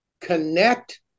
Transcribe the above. connect